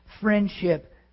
friendship